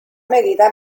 medida